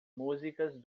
músicas